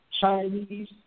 Chinese